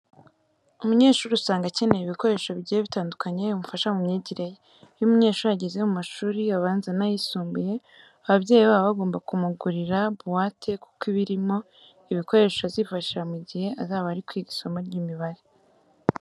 Umunyeshuri usanga akenera ibikoresho bigiye bitandukanye bimufasha mu myigire ye. Iyo umunyeshuri ageze mu mashuri abanza n'ayisumbuye, ababyeyi be baba bagomba kumugurira buwate kuko iba irimo ibikoresho azifashisha mu gihe azaba ari kwiga isomo ry'imibare.